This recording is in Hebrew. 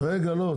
רגע, לא.